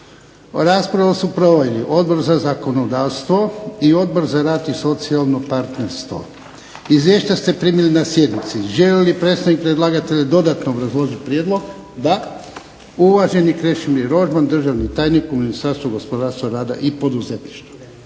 Raspravu su proveli Odbor za zakonodavstvo i Odbor za rad i socijalno partnerstvo. Izvješća ste primili na sjednici. Želi li predstavnik predlagatelja dodatno obrazložiti prijedlog? Da. Uvaženi Krešimir Rožman, državni tajnik u Ministarstvu gospodarstva, rada i poduzetništva.